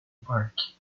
parque